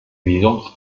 visums